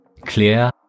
Clear